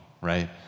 right